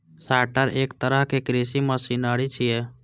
sorter एक तरहक कृषि मशीनरी छियै